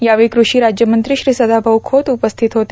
यावेळी कृषी राज्यमंत्री श्री सदाभाऊ खोत उपस्थित होते